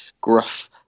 gruff